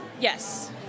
Yes